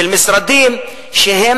של משרדים,